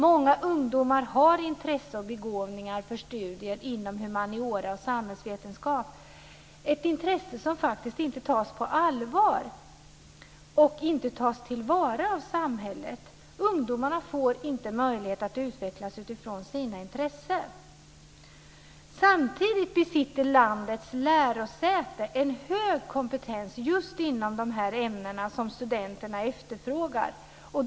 Många ungdomar har intresse och begåvning för studier inom humaniora och samhällsvetenskap - ett intresse som faktiskt inte tas på allvar och som inte tas till vara av samhället. Ungdomarna får inte möjlighet att utvecklas utifrån sina intressen. Samtidigt besitter landets lärosäten en hög kompetens just inom de ämnen som studenterna efterfrågar.